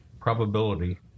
probability